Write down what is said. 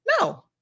No